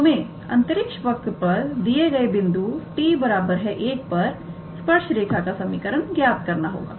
तो हमें अंतरिक्ष वक्र पर दिए गए बिंदु t1 पर स्पर्श रेखा का समीकरण ज्ञात करना होगा